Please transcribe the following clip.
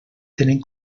tenen